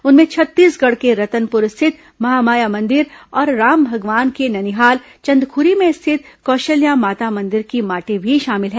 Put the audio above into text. उनमें छत्तीसगढ़ के रतनप्र स्थित महामाया मंदिर और राम भगवान के नैनिहाल चंदख्री में स्थित कौशिल्या माता मंदिर की माटी भी शामिल हैं